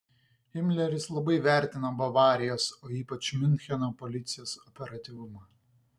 himleris labai vertino bavarijos o ypač miuncheno policijos operatyvumą